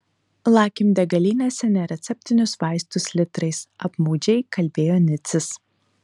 lakim degalinėse nereceptinius vaistus litrais apmaudžiai kalbėjo nicys